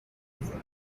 بزن